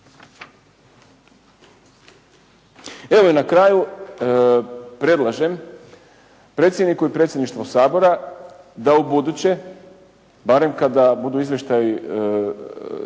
Evo i na kraju predlažem predsjedniku i Predsjedništvu Sabora da ubuduće barem kada budu izvještaji